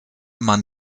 man